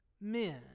men